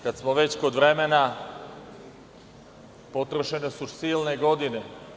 Kada smo već kod vremena, potrošene su silne godine.